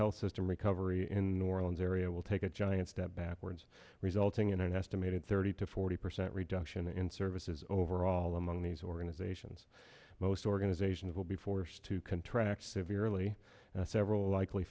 health system recovery in new orleans area will take a giant step backwards resulting in an estimated thirty to forty percent reduction in services overall among these organizations most organizations will be forced to contract severely several likely